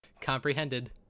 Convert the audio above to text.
Comprehended